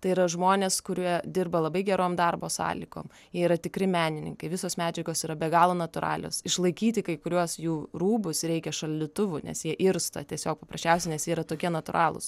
tai yra žmonės kurie dirba labai gerom darbo sąlygom jie yra tikri menininkai visos medžiagos yra be galo natūralios išlaikyti kai kuriuos jų rūbus reikia šaldytuvų nes jie irsta tiesiog paprasčiausiai nes jie yra tokie natūralūs